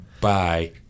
Bye